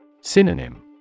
Synonym